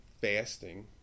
fasting